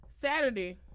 Saturday